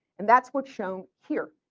and that's what's shown here.